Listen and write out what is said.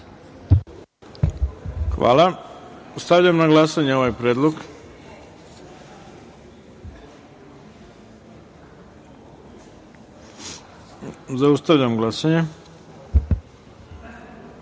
Hvala. Stavljam na glasanje ovaj predlog. Zaustavljam glasanje: